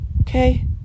okay